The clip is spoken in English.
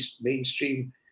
mainstream